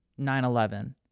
911